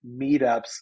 meetups